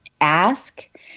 Ask